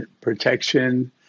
protection